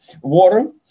water